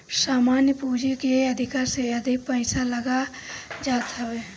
सामान्य पूंजी के अधिका से अधिक पईसा लाग जात हवे